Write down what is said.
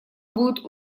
будет